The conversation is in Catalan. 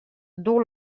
duu